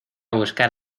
buscar